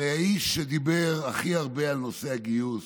הרי האיש שדיבר הכי הרבה על נושא הגיוס